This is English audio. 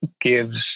gives